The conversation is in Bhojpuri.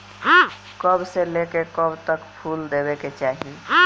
कब से लेके कब तक फुल देवे के चाही?